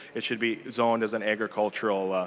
it should be zoned as an agricultural.